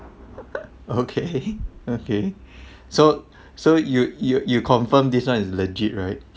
okay okay so so you you you confirm this [one] is legit right